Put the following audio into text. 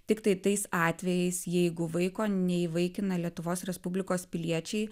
tiktai tais atvejais jeigu vaiko neįvaikina lietuvos respublikos piliečiai